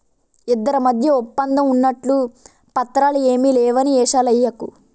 ఇద్దరి మధ్య ఒప్పందం ఉన్నట్లు పత్రాలు ఏమీ లేవని ఏషాలెయ్యకు